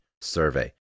survey